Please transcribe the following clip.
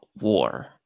war